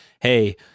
Hey